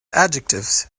adjectives